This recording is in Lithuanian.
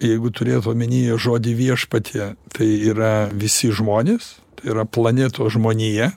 jeigu turėjot omenyje žodį viešpatie tai yra visi žmonės yra planetos žmonija